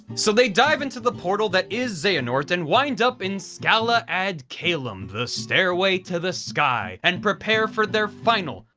so they dive into the portal that is xehanort and wind up in scala ad caelum, the stairway to the sky, and prepare for their final,